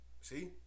see